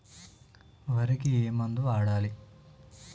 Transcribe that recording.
వరికి ఏ మందు వాడాలి?